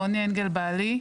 רון אנגל הוא בעלי,